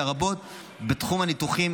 לרבות בתחום הניתוחים,